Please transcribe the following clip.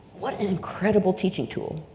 what an incredible teaching tool.